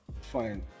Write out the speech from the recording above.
Fine